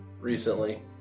recently